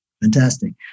Fantastic